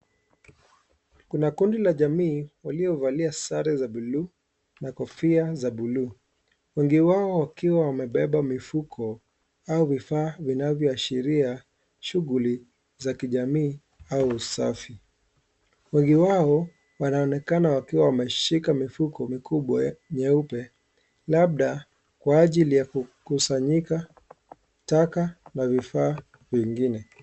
Kuna kundi la jamii waliovalia sare za bluu na kofia za bluu. Wengi wao wakiwa wamebeba mifuko au vifaa vinvyoashiria shughuli za kijamii au usafi. Wengi wao wanaonekana wakiwa wameshika mifuko mikubwa nyeupe, labda kwa ajili ya kusanyika taka na vifaa vingine.